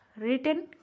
written